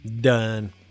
Done